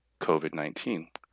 COVID-19